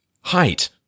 height